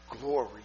glory